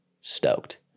stoked